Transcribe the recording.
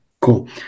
Cool